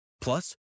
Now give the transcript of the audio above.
Plus